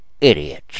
idiots